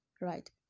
right